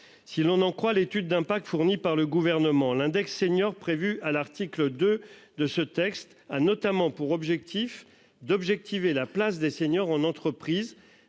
Si l'on en croit l'étude d'impact fournies par le gouvernement, l'index senior prévu à l'article de de ce texte a notamment pour objectif d'objectiver la place des seniors en entreprise